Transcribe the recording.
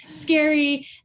scary